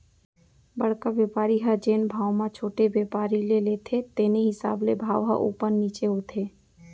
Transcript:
बड़का बेपारी ह जेन भाव म छोटे बेपारी ले लेथे तेने हिसाब ले भाव ह उपर नीचे होथे